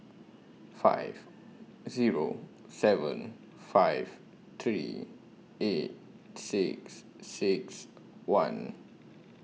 five Zero seven five three eight six six one